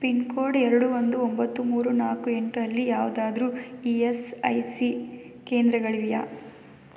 pin code ಎರಡು ಒಂದು ಒಂಬತ್ತು ಮೂರು ನಾಲ್ಕು ಎಂಟು ಅಲ್ಲಿ ಯಾವುದಾದ್ರೂ ಇ ಎಸ್ ಐ ಸಿ ಕೇಂದ್ರಗಳಿವೆಯಾ